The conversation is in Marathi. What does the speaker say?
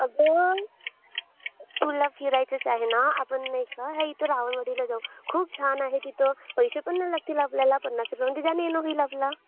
अगं तुला फिरायचंच आहे ना आपण नाही का ह्या इथं रावणवाडीला जाऊ खूप छान आहे तिथं पैसे पण ना लागतील आपल्याला पन्नास रुपयांंमध्ये जाणं येणं होईल आपलं